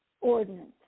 ordinance